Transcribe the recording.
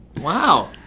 Wow